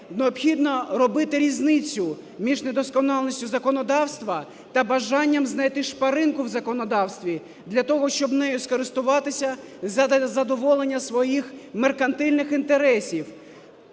необхідно робити різницю між недосконалістю законодавства та бажанням знайти шпаринку в законодавстві для того, щоб нею скористуватися задля задоволення своїх меркантильних інтересів,